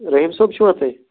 رٔحیٖم صٲب چھُوا تُہۍ